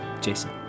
Jason